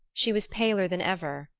she was paler than ever,